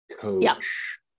coach